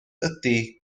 ydy